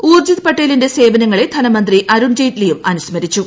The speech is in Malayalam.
ഊർജിത് പട്ടേലിന്റെ സേവനങ്ങളെ ധനമന്ത്രി അരുൺ ജെയ്റ്റ്ലിയും അനുസ്മരിച്ചു